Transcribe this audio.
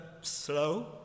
slow